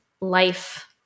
life-